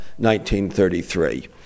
1933